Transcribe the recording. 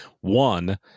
one